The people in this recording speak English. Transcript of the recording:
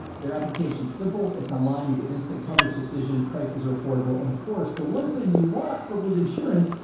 their application is simple. it's online. you get an instant coverage decision prices are affordable. and of course the one thing you want for, with insurance,